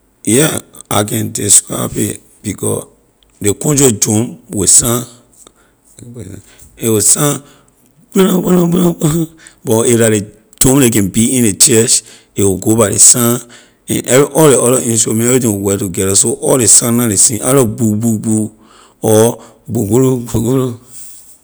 Yeah I can describe it because ley country drum will sign a will sign kpa- na- kpa- na- kpa- kpan- hu but if la ley drum ley can beat in ley church a will go by ley sign and every all ley other instrument everything will work together so all ley sign na ley same either bu- bu- bu or bu- gu- lu bu- gu- lu.